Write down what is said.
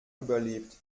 überlebt